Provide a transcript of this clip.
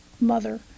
mother